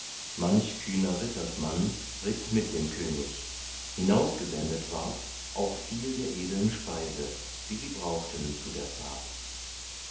manch kühner rittersmann ritt mit dem könig hinaus gesendet ward auch viel der edeln speise die sie brauchten zu der fahrt